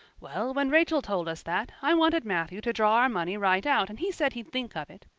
well, when rachel told us that, i wanted matthew to draw our money right out and he said he'd think of it.